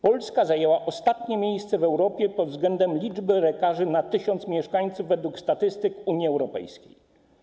Polska zajęła ostatnie miejsce w Europie pod względem liczby lekarzy na 1 tys. mieszkańców według statystyk Unii Europejskiej.